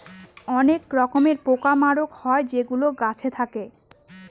অনেক রকমের পোকা মাকড় হয় যেগুলো গাছে থাকে